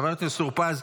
חבר הכנסת טור פז,